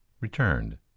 returned